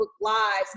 lives